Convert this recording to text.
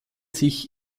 sich